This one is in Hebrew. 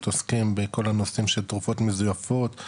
עוסקים בכל הנושאים של תרופות מזויפות,